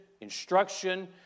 instruction